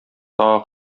тагы